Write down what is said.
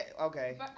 okay